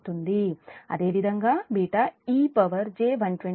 అదేవిధంగా β ej120డిగ్రీ